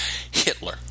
Hitler